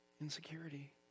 Insecurity